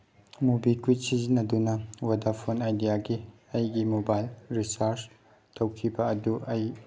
MobiKwik ꯁꯤꯖꯤꯟꯅꯗꯨꯅ Vodafone ꯑꯥꯏꯗꯤꯌꯥꯒꯤ ꯑꯩꯒꯤ ꯃꯣꯕꯥꯏꯜ ꯔꯤꯆꯥꯔꯖ ꯇꯧꯈꯤꯕ ꯑꯗꯨ ꯑꯩ